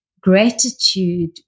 gratitude